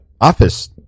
office